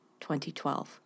2012